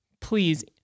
please